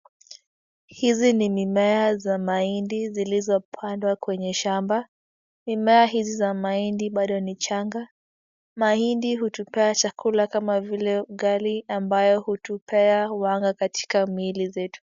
Hizi ni mimea za mahindi zilizopandwa kwenye shamba. Mimea hizi za mahindi bado ni changa. Mahindi hutupea chakula kama vile ugali ambayo hutupea uwanga katika mili zetu.